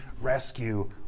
rescue